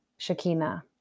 Shakina